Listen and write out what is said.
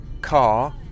car